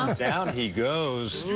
ah down he goes.